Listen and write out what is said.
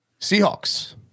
Seahawks